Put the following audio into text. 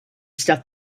stuff